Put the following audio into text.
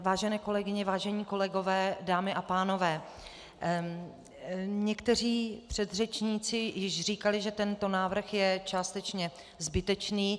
Vážené kolegyně, vážení kolegové, dámy a pánové, někteří předřečníci již říkali, že tento návrh je částečně zbytečný.